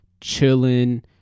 chilling